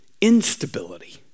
instability